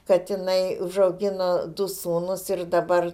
kad inai užaugino du sūnus ir dabar